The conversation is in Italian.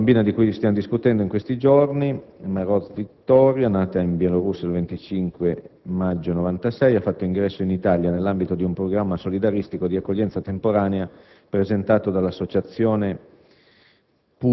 La bambina di cui stiamo discutendo in questi giorni è Maroz Viktoryia, nata in Bielorussia il 25 maggio 1996; ha fatto ingresso in Italia nell'ambito di un programma solidaristico di accoglienza temporanea presentato dall'Associazione